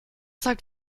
sagt